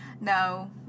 No